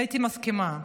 הייתי מסכימה,